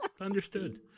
Understood